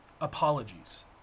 apologies